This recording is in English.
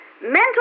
Mental